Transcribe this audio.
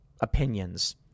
Opinions